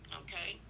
okay